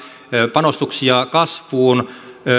panostuksia kasvuun